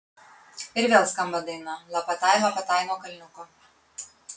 ir vėl skamba daina lapatai lapatai nuo kalniuko